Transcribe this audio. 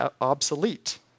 obsolete